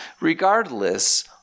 Regardless